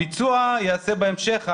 הביצוע ייעשה בהמשך.